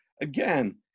again